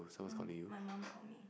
orh my mum call me